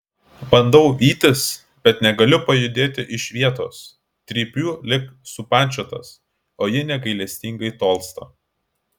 bandau vytis bet negaliu pajudėti iš vietos trypiu lyg supančiotas o ji negailestingai tolsta